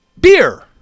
beer